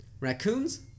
Raccoons